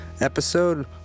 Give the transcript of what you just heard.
episode